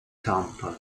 tampa